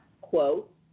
quote